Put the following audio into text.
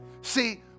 see